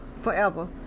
forever